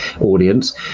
audience